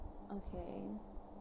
okay